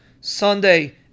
Sunday